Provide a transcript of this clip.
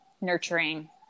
nurturing